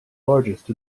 largest